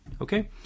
Okay